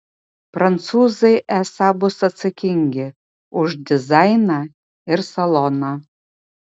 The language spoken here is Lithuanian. prancūzai esą bus atsakingi už dizainą ir saloną